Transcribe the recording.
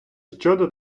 щодо